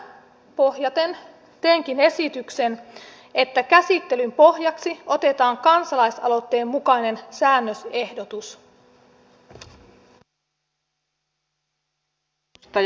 tähän pohjaten teenkin esityksen että käsittelyn pohjaksi otetaan kansalaisaloitteen mukainen säännösehdotus